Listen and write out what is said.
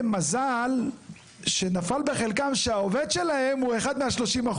מזל שנפל בחלקם שהעובד שלהם הוא אחד מה-30%.